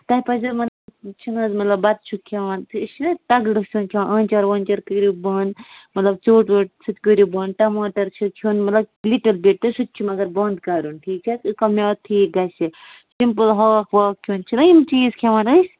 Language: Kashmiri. تۄہہِ پَزیو مطلب چھِنہٕ حظ مطلب بَتہٕ چھِ کھیوان أسۍ چھِنہٕ تَکڑٕ سان کھیوان آنچار وانچار کٔریُو بَنٛد مطلب ژیوٚٹ ویوٚٹ کٔریُو بَنٛد ٹماٹَر چھِ کھیوٚن مطلب لِٹٕل بِٹٕس سُتہِ چھِ مگر بَند کَرُن ٹھیٖک چھا یوٚت کال میادٕ ٹھیٖک گژھِ سِمپُل ہاکھ واکھ کھیوٚن چھِنہٕ یِم چیٖز کھیٚوان أسۍ